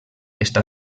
està